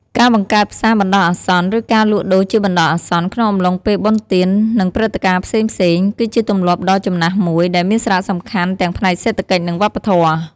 ការបង្កើតផ្សារបណ្ដោះអាសន្ន ឬការលក់ដូរជាបណ្ដោះអាសន្ន ក្នុងអំឡុងពេលបុណ្យទាន និងព្រឹត្តិការណ៍ផ្សេងៗ គឺជាទម្លាប់ដ៏ចំណាស់មួយ ដែលមានសារៈសំខាន់ទាំងផ្នែកសេដ្ឋកិច្ច និងវប្បធម៌។